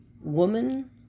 woman